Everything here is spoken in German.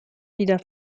wieder